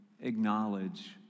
acknowledge